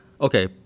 okay